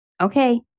Okay